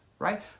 Right